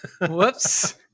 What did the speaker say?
Whoops